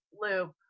loop